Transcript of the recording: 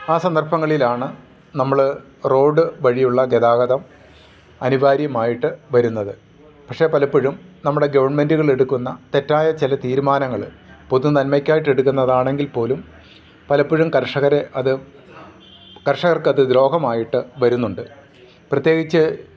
ആ സന്ദർഭങ്ങളിലാണ് നമ്മൾ റോഡ് വഴിയുള്ള ഗതാഗതം അനിവാര്യമായിട്ടു വരുന്നത് പക്ഷെ പലപ്പോഴും നമ്മുടെ ഗവൺമെൻറ്റുകളെടുക്കുന്ന തെറ്റായ ചില തീരുമാനങ്ങൾ പൊതു നന്മയ്ക്കായിട്ടെടുക്കുന്നതാണെങ്കിൽ പോലും പലപ്പോഴും കർഷകരെ അത് കർഷകർക്കത് ദ്രോഹമായിട്ടു വരുന്നുണ്ട് പ്രത്യേകിച്ച്